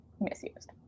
misused